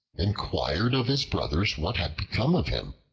inquired of his brothers what had become of him.